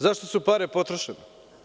Zašto su pare potrošene?